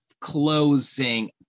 closing